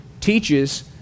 teaches